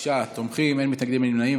שישה תומכים, אין מתנגדים, אין נמנעים.